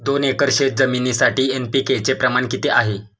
दोन एकर शेतजमिनीसाठी एन.पी.के चे प्रमाण किती आहे?